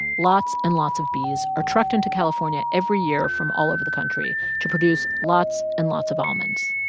lots and lots of bees are trucked into california every year from all over the country to produce lots and lots of almonds.